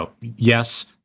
yes